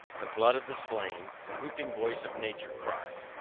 the blood of the slain, the weeping voice of nature cries,